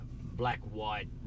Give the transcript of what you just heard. black-white